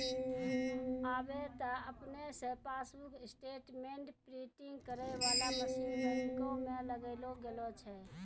आबे त आपने से पासबुक स्टेटमेंट प्रिंटिंग करै बाला मशीन बैंको मे लगैलो गेलो छै